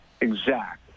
exact